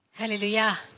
Hallelujah